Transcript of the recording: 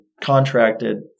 contracted